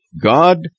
God